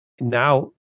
now